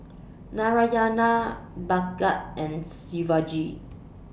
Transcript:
Narayana Bhagat and Shivaji